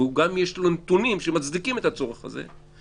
וגם יש לו נתונים שמצדיקים את הצורך הזה,